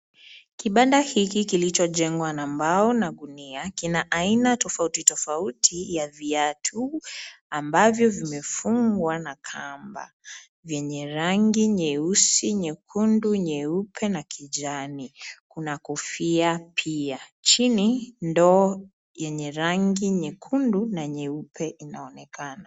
Kibanda hiki kilichojengwa na mbao na gunia kina aina tofauti tofauti ya viatu ambavyo vimefungwa na kamba vyenye rangi nyeusi, nyekundu, nyeupe na kuna kijani. Kuna kofia pia. Chini ndoo yenye rangi nyekundu na nyeupe inaonekana.